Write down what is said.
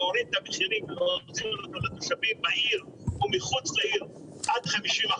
להוריד את המחירים בעיר או מחוץ לעיר עד 50%,